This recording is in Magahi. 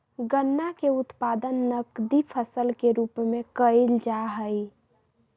गन्ना के उत्पादन नकदी फसल के रूप में कइल जाहई